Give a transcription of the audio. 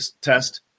test